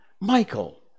Michael